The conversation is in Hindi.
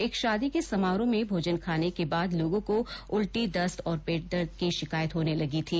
एक शादी के समारोह में भोजन खाने के बाद लोगो को उल्टी दस्त और पेटदर्द की शिकायत होने लगी थी